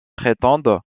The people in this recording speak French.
prétendent